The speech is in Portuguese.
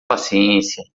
paciência